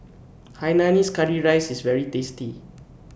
Hainanese Curry rices IS very tasty